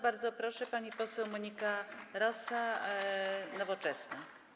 Bardzo proszę, pani poseł Monika Rosa, klub Nowoczesna.